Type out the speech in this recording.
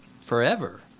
forever